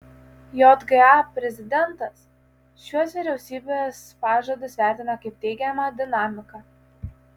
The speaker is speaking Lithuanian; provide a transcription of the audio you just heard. jga prezidentas šiuos vyriausybės pažadus vertina kaip teigiamą dinamiką